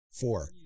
Four